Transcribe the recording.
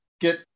get